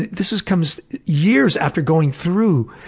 this comes years after going through,